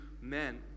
men